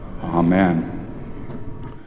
Amen